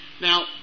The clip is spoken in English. Now